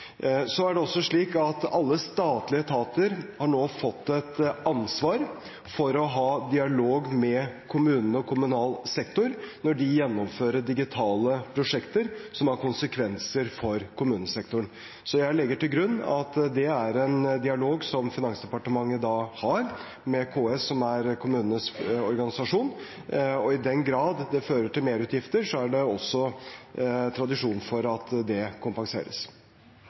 Alle statlige etater har nå fått et ansvar for å ha dialog med kommunene og kommunal sektor når de gjennomfører digitale prosjekter som har konsekvenser for kommunesektoren. Jeg legger til grunn at det er en dialog Finansdepartementet har med KS – som er kommunenes organisasjon – og i den grad det fører til merutgifter, er det også tradisjon for at det kompenseres.